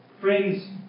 Friends